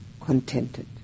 contented